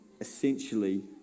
essentially